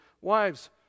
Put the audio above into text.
wives